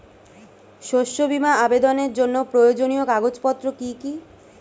শস্য বীমা আবেদনের জন্য প্রয়োজনীয় কাগজপত্র কি কি?